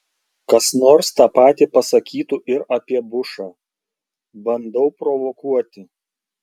kas nors tą patį pasakytų ir apie bushą bandau provokuoti